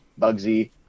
Bugsy